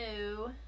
no